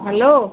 hello